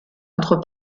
entre